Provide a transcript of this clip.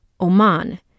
Oman